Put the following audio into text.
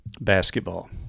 basketball